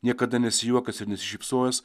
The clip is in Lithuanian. niekada nesijuokęs ir nesišypsojęs